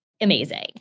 amazing